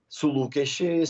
su lūkesčiais